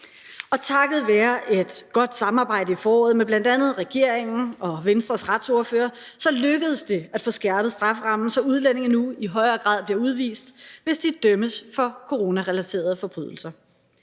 og takket være et godt samarbejde i foråret med bl.a. regeringen og Venstres retsordfører lykkedes det at få skærpet strafferammen, så udlændinge nu i højere grad bliver udvist, hvis de dømmes for coronarelaterede forbrydelser.